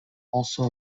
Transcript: also